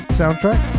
soundtrack